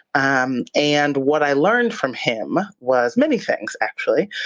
um and what i learned from him was many things actually.